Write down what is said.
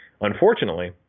Unfortunately